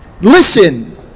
listen